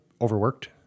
overworked